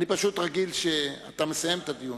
אני פשוט רגיל שאתה מסיים את הדיון.